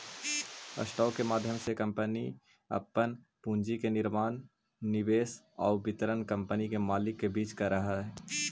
stock के माध्यम से कंपनी अपन पूंजी के निर्माण निवेश आउ वितरण कंपनी के मालिक के बीच करऽ हइ